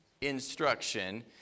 Instruction